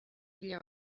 pila